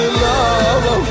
love